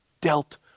dealt